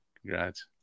congrats